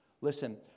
Listen